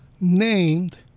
named